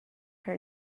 her